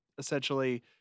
Essentially